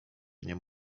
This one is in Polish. nie